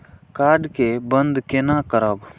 Card के बन्द केना करब?